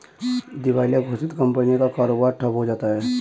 दिवालिया घोषित कंपनियों का कारोबार ठप्प हो जाता है